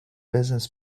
business